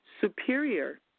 superior